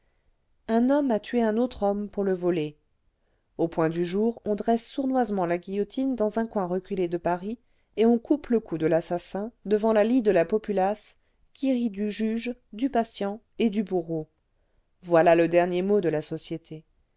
un homme a tué un autre homme pour le voler au point du jour on dresse sournoisement la guillotine dans un coin reculé de paris et on coupe le cou de l'assassin devant la lie de la populace qui rit du juge du patient et du bourreau voilà le dernier mot de la société